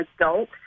adult